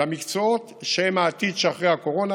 למקצועות שהם העתיד שאחרי הקורונה,